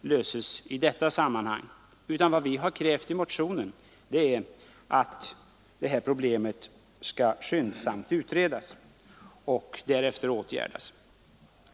löses i detta sammanhang. Vi har krävt i motionen att detta problem skall skyndsamt utredas och därefter åtgärdas.